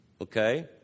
okay